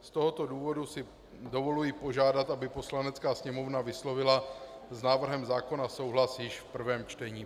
Z tohoto důvodu si dovoluji požádat, aby Poslanecká sněmovna vyslovila s návrhem zákona souhlas již v prvém čtení.